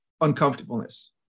uncomfortableness